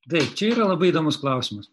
taip čia yra labai įdomus klausimas